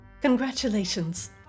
Congratulations